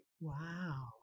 Wow